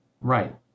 Right